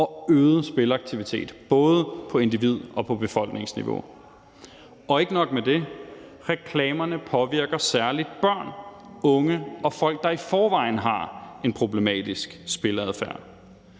og øget spilleaktivitet, både på individ- og på befolkningsniveau – og ikke nok med det, for reklamerne påvirker særlig børn, unge og folk, der i forvejen har en problematisk spilleadfærd.